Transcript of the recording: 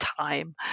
time